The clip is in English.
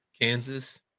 Kansas